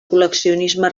col·leccionisme